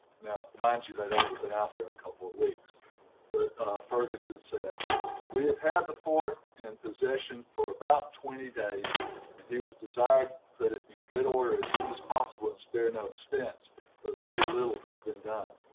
now mind you they'd only been out there a couple of weeks but ferguson said we have had the fort in possession for about twenty days and he was desired to put it in good order as soon as possible and spare no expense but very little has been done.